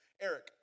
Eric